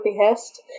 behest